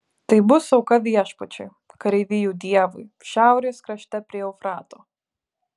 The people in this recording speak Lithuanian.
tai bus auka viešpačiui kareivijų dievui šiaurės krašte prie eufrato